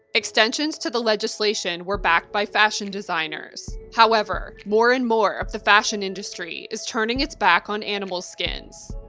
extensions to the legislation were backed by fashion designers however, more and more of the fashion industry is turning its back on animal skins.